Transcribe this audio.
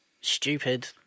stupid